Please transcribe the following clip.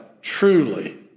truly